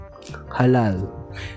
halal